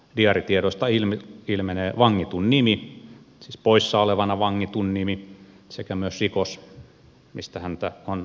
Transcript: diaaritiedoista ilmenevät vangitun nimi siis poissaolevana vangitun nimi sekä myös rikos mistä häntä on vangittavaksi vaadittu